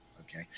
Okay